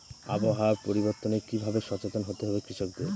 আবহাওয়া পরিবর্তনের কি ভাবে সচেতন হতে হবে কৃষকদের?